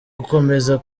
gukomeza